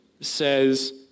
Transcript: says